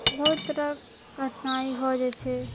बहुत तरहक कठिनाइ हो जाइ छै